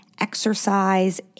exercise